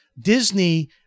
Disney